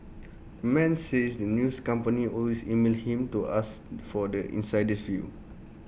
the man says that news companies always email him to ask for the insider's view